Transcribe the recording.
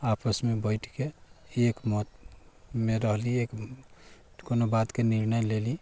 आपस मे बैठ के एक मत मे रहली एक कोनो बात के निर्णय लेली